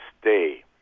stay